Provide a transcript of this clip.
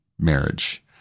marriage